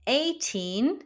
eighteen